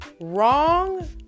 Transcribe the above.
wrong